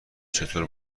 چطور